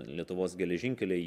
lietuvos geležinkeliai